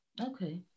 okay